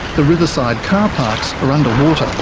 the riverside car parks are underwater.